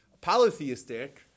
polytheistic